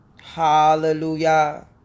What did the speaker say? Hallelujah